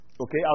Okay